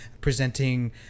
presenting